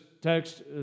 text